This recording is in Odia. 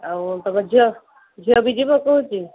ଆଉ ତମ ଝିଅ ଝିଅ ବି ଯିବ କହୁଛି